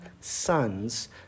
sons